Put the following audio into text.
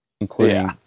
including